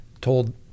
told